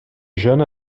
jeunes